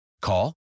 Call